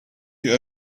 your